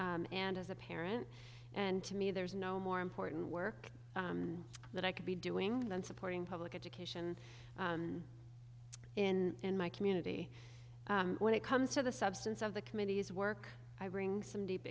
and as a parent and to me there is no more important work that i could be doing than supporting public education in my community when it comes to the substance of the committee's work i bring some deep